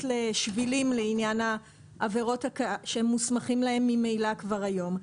לשבילים לעניין העבירות שהם מוסמכים להן ממילא כבר היום.